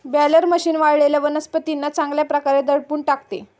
baler machine वाळलेल्या वनस्पतींना चांगल्या प्रकारे दडपून टाकते